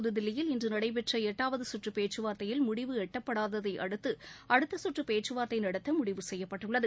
புததில்லியில் இன்று நடைபெற்ற பேச்சுவா்த்தையில் முடிவு எட்டப்படாததையடுத்து அடுத்த சுற்று பேச்சுவார்த்தை நடத்த முடிவு செய்யப்பட்டுள்ளது